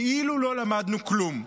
כאילו לא למדנו כלום.